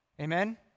Amen